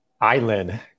island